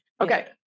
okay